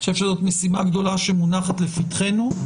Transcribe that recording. אני חושב שזאת משימה גדולה שמונחת לפתחנו.